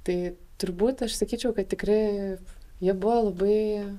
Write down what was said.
tai turbūt aš sakyčiau kad tikri jie buvo labai